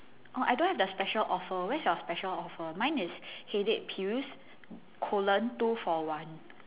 oh I don't have the special offer where's your special offer mine is headache pills colon two for one